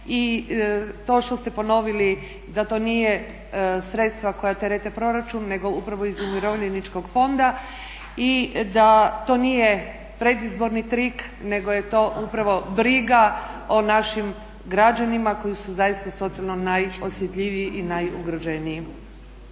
I to što ste ponovili da to nisu sredstva koja terete proračun nego iz Umirovljeničkog fonda i da to nije predizborni trik nego je to upravo briga o našim građanima koji su zaista socijalno najosjetljiviji i najugroženiji.